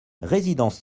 résidence